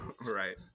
Right